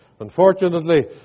Unfortunately